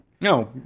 No